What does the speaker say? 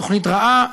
תוכנית רעה.